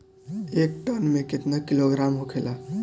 एक टन मे केतना किलोग्राम होखेला?